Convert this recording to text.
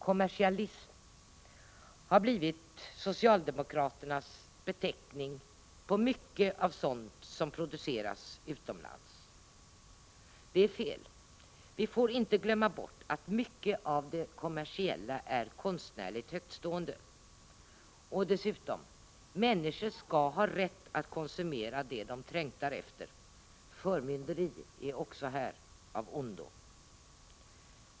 Kommersialism har blivit socialdemokraternas beteckning på mycket av sådant som produceras utomlands. Det är fel. Vi får inte glömma bort att mycket av det kommersiella är konstnärligt högtstående. Dessutom: Människor skall ha rätt att konsumera det de trängtar efter, förmynderi är också här av ondo.